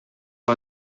who